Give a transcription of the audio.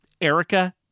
Erica